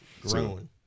growing